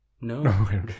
No